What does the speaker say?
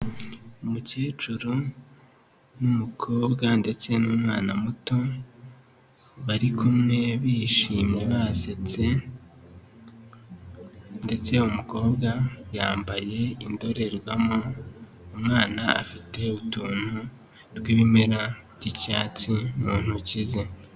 Umukecuru, n'umukobwa ndetse n'umwana muto. Bari kumwe bishimye basetse. Ndetse umukobwa yambaye indorerwamo. Umwana afite utuntu, tw'ibimera by'icyatsi mu ntoki ze.